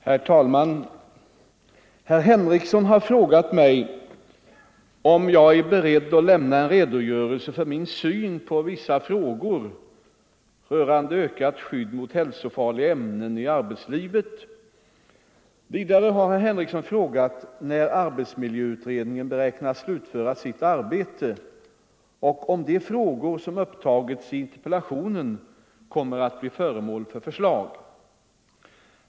Herr talman! Herr Henrikson har frågat mig, om jag är beredd att lämna en redogörelse för min syn på vissa frågor rörande ökat skydd mot hälsofarliga ämnen i arbetslivet. Vidare har herr Henrikson frågat, när arbetsmiljöutredningen beräknas slutföra sitt arbete och om de frågor som upptagits i interpellationen kommer att bli föremål för förslag.